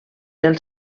del